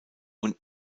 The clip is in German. und